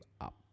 up